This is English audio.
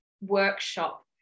workshop